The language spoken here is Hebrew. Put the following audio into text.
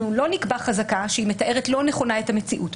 אנחנו לא נקבע חזקה שהיא מתארת לא נכונה את המציאות.